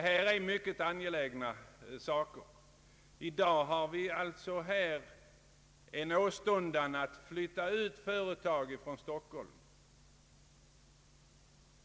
Detta är mycket angelägna frågor. I dag märker vi en åstundan att flytta ut företag från Stockholm.